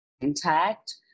intact